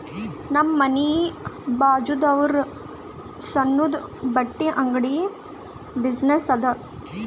ನಮ್ ಮನಿ ಬಾಜುದಾವ್ರುದ್ ಸಣ್ಣುದ ಬಟ್ಟಿ ಅಂಗಡಿ ಬಿಸಿನ್ನೆಸ್ ಅದಾ